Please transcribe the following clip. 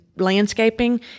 landscaping